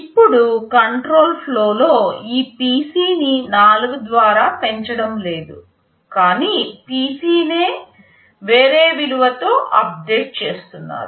ఇప్పుడు కంట్రోల్ ఫ్లోలో ఈ PC ని 4 ద్వారా పెంచడం లేదు కానీ PC ని వేరే విలువతో అప్డేట్ చేస్తున్నారు